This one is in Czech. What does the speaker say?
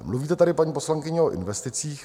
Mluvíte tady, paní poslankyně, o investicích.